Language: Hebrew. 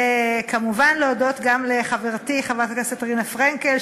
וכמובן להודות גם לחברתי חברת הכנסת רינה פרנקל,